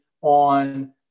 on